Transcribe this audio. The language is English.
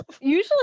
Usually